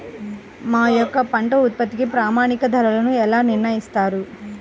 మా యొక్క పంట ఉత్పత్తికి ప్రామాణిక ధరలను ఎలా నిర్ణయిస్తారు?